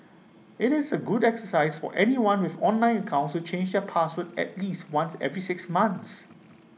IT is A good exercise for anyone with online accounts to change the passwords at least once every six months